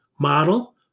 model